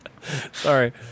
Sorry